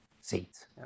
seats